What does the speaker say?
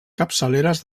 capçaleres